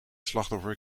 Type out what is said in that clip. slachtoffer